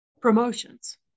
promotions